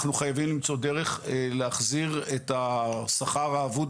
אנחנו חייבים למצוא דרך להחזיר את השכר האבוד